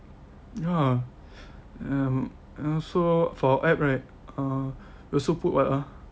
ya um and also for our app right uh we also put what ah